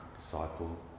disciple